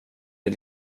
dig